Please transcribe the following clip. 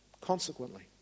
Consequently